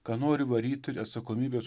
ką nori varyti ir atsakomybės